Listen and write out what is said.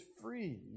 free